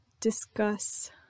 discuss